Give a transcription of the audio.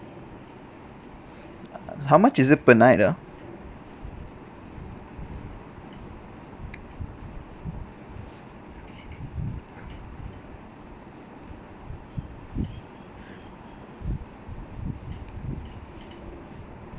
how much is it per night ah